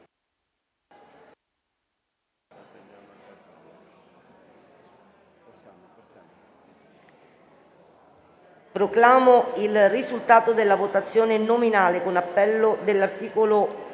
Proclamo il risultato della votazione nominale con appello dell'articolo